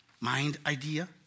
mind-idea